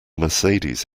mercedes